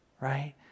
Right